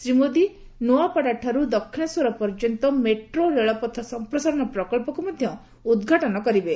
ଶ୍ରୀ ମୋଦି ନୋଆପାଡ଼ାଠାରୁ ଦକ୍ଷିଣେଶ୍ୱର ପର୍ଯ୍ୟନ୍ତ ମେଟ୍ରୋ ରେଳପଥ ସମ୍ପ୍ରସାରଣ ପ୍ରକଳ୍ପକୁ ମଧ୍ୟ ଉଦ୍ଘାଟନ କରିବେ